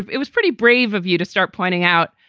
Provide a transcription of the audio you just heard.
it was pretty brave of you to start pointing out,